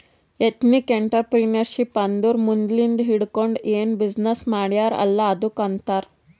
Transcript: ethnic entrepreneurship ಅಂದುರ್ ಮದ್ಲಿಂದ್ ಹಿಡ್ಕೊಂಡ್ ಏನ್ ಬಿಸಿನ್ನೆಸ್ ಮಾಡ್ಯಾರ್ ಅಲ್ಲ ಅದ್ದುಕ್ ಆಂತಾರ್